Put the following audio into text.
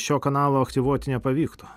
šio kanalo aktyvuoti nepavyktų